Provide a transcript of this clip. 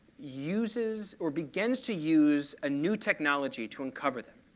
uses or begins to use a new technology to uncover them,